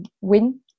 win